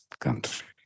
country